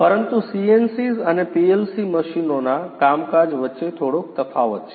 પરંતુ CNCs અને PLC મશીનોના કામકાજ વચ્ચે થોડોક તફાવત છે